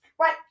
right